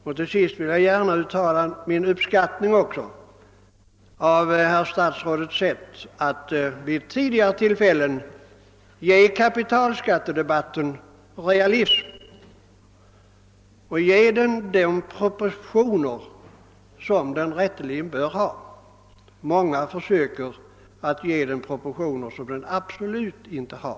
Jag vill också gärna uttala min uppskattning av det sätt på vilket herr statsrådet vid tidigare tillfällen bidragit till att göra kapitalskattedebatten realistisk och till att ge den de proportioner som den rätteligen bör ha. Många försöker att ge den proportioner som den absolut inte har.